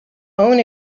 own